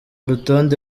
rutonde